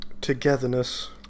Togetherness